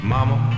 Mama